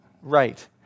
Right